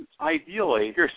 ideally